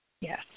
Yes